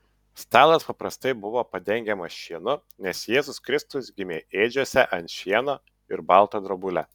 stalas paprastai buvo padengiamas šienu nes jėzus kristus gimė ėdžiose ant šieno ir balta drobule